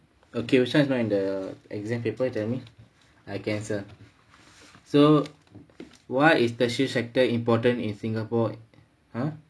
okay which [one] is not in the exam paper tell me I cancel so why is the tertiary sector important in singapore !huh!